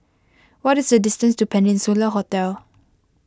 what is the distance to Peninsula Hotel